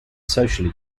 socially